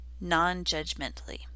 non-judgmentally